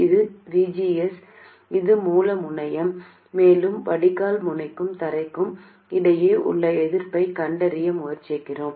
இது VGS இது மூல முனையம் மேலும் வடிகால் முனைக்கும் தரைக்கும் இடையே உள்ள எதிர்ப்பைக் கண்டறிய முயற்சிக்கிறோம்